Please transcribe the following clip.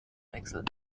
wechseln